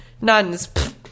Nuns